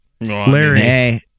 Larry